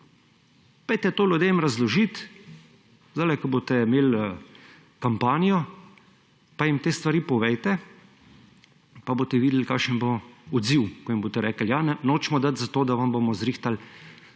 To ljudem razložite, zdajle, ko boste imeli kampanjo, pa jim te stvari povejte, pa boste videli, kakšen bo odziv, ko jim boste rekli, ja, nočemo dati za to, da vam bomo zrihtali